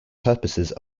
purpose